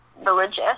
religious